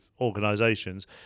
organisations